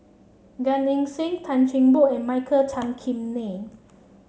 Gan Eng Seng Tan Cheng Bock and Michael Tan Kim Nei